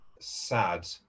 sad